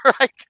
right